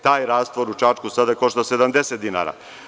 Taj rastvor u Čačku sada košta 70 dinara.